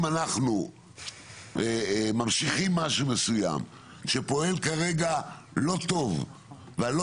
אנחנו ממשיכים משהו מסוים שפועל כרגע לא טוב ,והלא